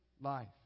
life